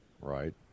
Right